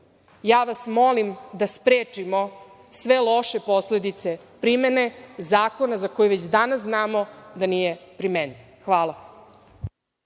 Ja vas molim da sprečimo sve loše posledice primene zakona, za koji već danas znamo da nije primenljiv. Hvala.